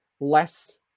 less